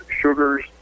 sugars